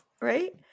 Right